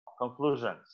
conclusions